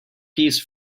piece